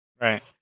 Right